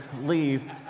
leave